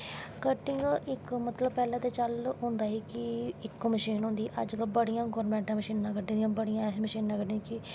cutting इक मतलव पैह्लैं होंदा हा कि इरक मशीन होंदी ही अज्ज कल गौरमैंटा बड़ियां मशीनां कड्डी दियां बड़ियां ऐसियां मशीनां कड्डी दियां कि